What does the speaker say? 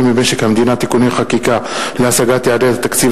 במשק המדינה (תיקוני חקיקה להשגת יעדי התקציב